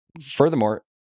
furthermore